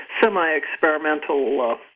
semi-experimental